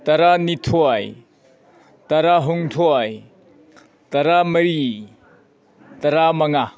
ꯇꯔꯥ ꯅꯤꯊꯣꯏ ꯇꯔꯥ ꯍꯨꯝꯗꯣꯏ ꯇꯔꯥ ꯃꯔꯤ ꯇꯔꯥ ꯃꯉꯥ